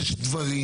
יש דברים